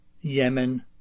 Yemen